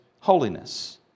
holiness